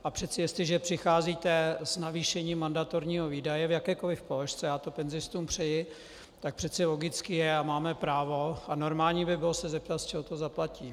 A přece jestliže přicházíte s navýšením mandatorního výdaje v jakékoliv položce já to penzistům přeji , tak přece logické je a máme právo a normální by bylo se zeptat, z čeho to zaplatím.